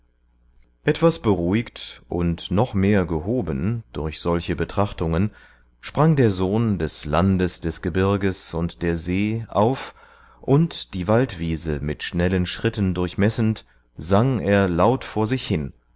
etwas beruhigt und noch mehr gehoben durch solche betrachtungen sprang der sohn des landes des gebirges und der see auf und die waldwiese mit schnellen schritten durchmessend sang er laut vor sich hin